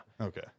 Okay